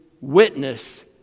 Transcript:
witness